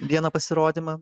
vieną pasirodymą